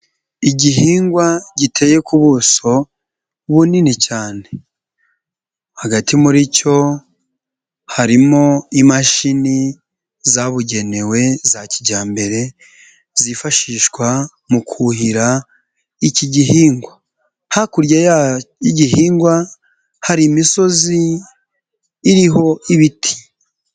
Igihingwa giteye ku buso bunini cyane, hagati muri cyo harimo imashini zabugenewe za kijyambere zifashishwa mu kuhira iki gihingwa, hakurya y'igihingwa hari imisozi iriho ibiti.